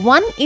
One